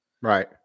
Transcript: right